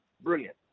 brilliant